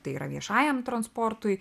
tai yra viešajam transportui